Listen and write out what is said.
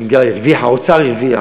"הרוויחה" האוצר הרוויח,